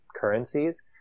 currencies